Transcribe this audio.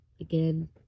again